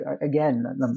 again